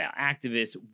activists